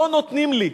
לא נותנים לי.